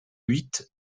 huit